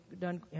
done